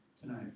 tonight